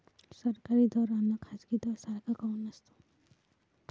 सरकारी दर अन खाजगी दर सारखा काऊन नसतो?